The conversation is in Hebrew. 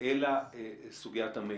אלא סוגיית המידע.